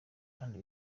kandi